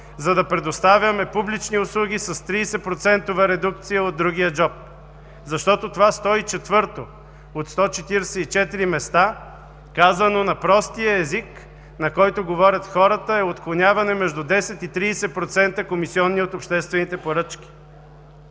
за да предоставяме публични услуги с 30-процентова редукция от другия джоб. Защото това сто и четвърто от сто четиридесет и четири места, казано на простия език, на който говорят хората, е отклоняване между 10 и 30% комисионни от обществените поръчки.